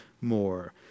more